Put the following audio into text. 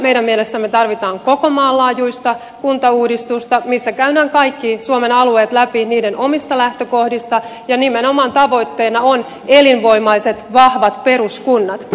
meidän mielestämme tarvitaan koko maan laajuista kuntauudistusta missä käydään kaikki suomen alueet läpi niiden omista lähtökohdista ja nimenomaan tavoitteena ovat elinvoimaiset vahvat peruskunnat